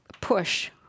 push